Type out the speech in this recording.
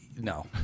No